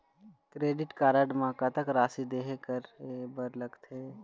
Credit card म कतक राशि देहे करे बर लगथे?